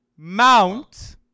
Mount